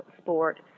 sport